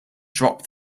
drop